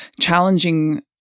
challenging